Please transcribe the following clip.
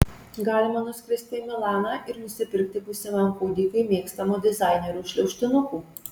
galima nuskristi į milaną ir nusipirkti būsimam kūdikiui mėgstamo dizainerio šliaužtinukų